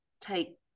take